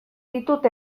ditut